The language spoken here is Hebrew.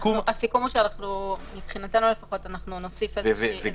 (היו"ר אוסאמה סעדי) הסיכום הוא שמבחינתנו נוסיף איזו התייחסות.